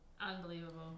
Unbelievable